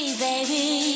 baby